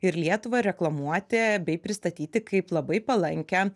ir lietuvą reklamuoti bei pristatyti kaip labai palankią